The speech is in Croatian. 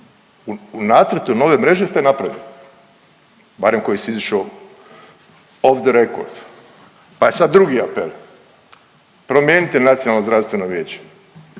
u nacrtu nove mreže ste napravili, barem koji se izišao of the record pa je sad drugi apel. Promijenite Nacionalno zdravstveno vijeće.